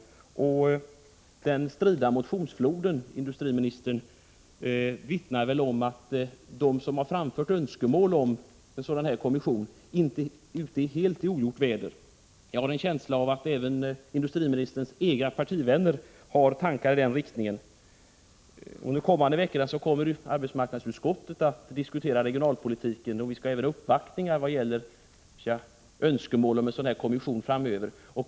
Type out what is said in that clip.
Den strida motionsfloden, industriministern, vittnar väl om att de som framfört önskemål om en kommission inte är helt ute i ogjort väder. Jag har en känsla av att även industriministerns egna partivänner har tankar i den riktningen. Under de kommande veckorna kommer vi i arbetsmarknadsutskottet att diskutera regionalpolitiken. Vi skall även ha uppvaktningar vad gäller önskemålen om en kommission framöver.